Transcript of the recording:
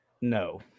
no